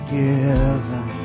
given